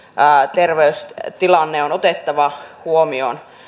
terveystilanne on otettava huomioon